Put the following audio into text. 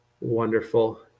wonderful